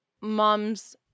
mom's